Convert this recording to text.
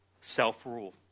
self-rule